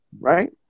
right